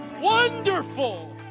Wonderful